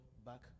Back